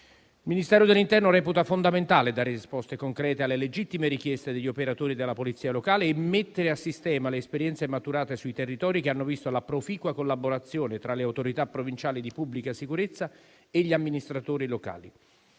Il Ministero dell'interno reputa fondamentale dare risposte concrete alle legittime richieste degli operatori della polizia locale e mettere a sistema le esperienze maturate sui territori, che hanno visto la proficua collaborazione tra le autorità provinciali di pubblica sicurezza e gli amministratori locali.